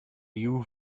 you